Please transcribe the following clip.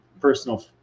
personal